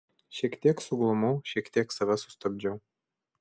šiek tiek suglumau šiek tiek save sustabdžiau